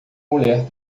mulher